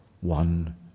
one